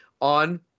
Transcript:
on